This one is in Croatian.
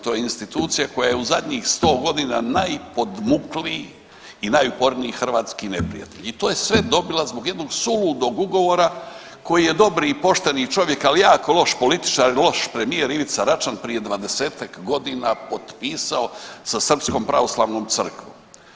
To je institucija koja je u zadnjih 100.g. najpodmukliji i najuporniji hrvatski neprijatelj i to je sve dobila zbog jednog suludog ugovora koji je dobri i pošteni čovjek, ali jako loš političar, loš premijer Ivica Račan prije 20-tak godina potpisa sa Srpskom pravoslavnom crkvom.